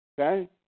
Okay